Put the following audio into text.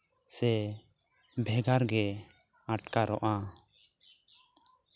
ᱥᱮ ᱵᱷᱮᱜᱟᱨ ᱜᱮ ᱟᱴᱠᱟᱨᱚᱜᱼᱟ